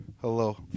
Hello